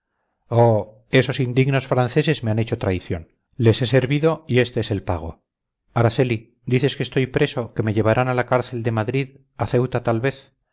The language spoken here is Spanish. oh esos indignos franceses me han hecho traición les he servido y este es el pago araceli dices que estoy preso que me llevarán a la cárcel de madrid a ceuta tal vez